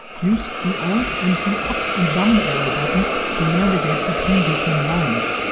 use the alt and the up and down arrow buttons to navigate between different lines.